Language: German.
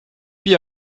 bier